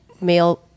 male